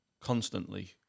constantly